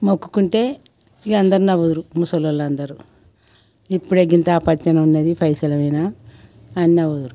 మొక్కుకుంటే ఇక అందరూ నవ్వుదురు ముసలివాళ్లందరూ ఇప్పుడే గింత పచ్చని ఉన్నది పైసలు మీద అని నవ్వుతారు